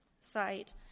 site